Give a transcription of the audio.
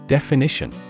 Definition